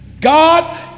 God